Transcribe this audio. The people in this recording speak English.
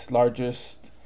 largest